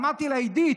אמרתי לה: עידית,